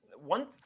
one